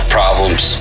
problems